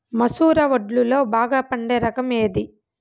మసూర వడ్లులో బాగా పండే రకం ఏది?